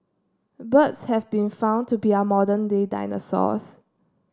birds have been found to be our modern day dinosaurs